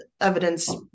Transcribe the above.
evidence